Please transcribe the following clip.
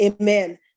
amen